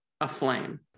aflame